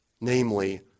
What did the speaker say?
Namely